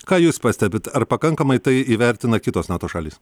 ką jūs pastebit ar pakankamai tai įvertina kitos nato šalys